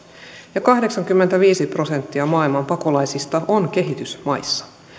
ja kahdeksankymmentäviisi prosenttia maailman pakolaisista on kehitysmaissa